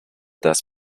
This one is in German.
das